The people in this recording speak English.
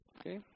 Okay